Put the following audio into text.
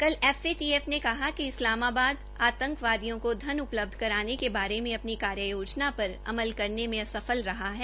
कल एफएटीएफ ने कहा कि इस्लामाबाद आतंकवादियों को धन उपलब्ध कराने के बारे में अपनी कार्य योजना पर अमल करने में असफल रहा है